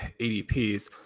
ADPs